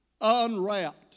unwrapped